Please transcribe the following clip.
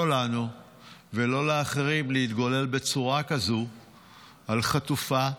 לא לנו ולא לאחרים, להתגולל בצורה כזו על חטופה,